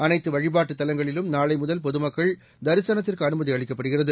அனைத்துவழிபாட்டுதலங்களிலும்நாளைமுதல்பொதும க்கள்தரிசனத்திற்குஅனுமதிஅளிக்கப்படுகிறது